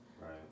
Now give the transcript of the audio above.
Right